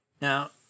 Now